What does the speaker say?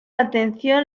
atención